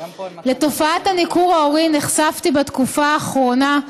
לתופעת הניכור ההורי נחשפתי בתקופה האחרונה,